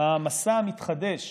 המסע מתחדש